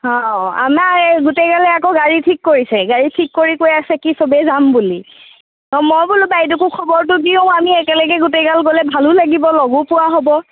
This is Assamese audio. অঁ অঁ অঁ আমাৰ এই গোটেইগালে আকৌ গাড়ী ঠিক কৰিছে গাড়ী ঠিক কৰি কৈ আছে কি সবেই যাম বুলি অঁ মই বোলো বাইদেউকো খবৰটো দিওঁ আমি একেলগে গোটেইগাল গ'লে ভালো লাগিব লগো পোৱা হ'ব